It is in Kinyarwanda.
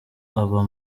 aba